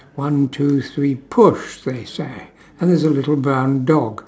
one two three push they say and there's a little brown dog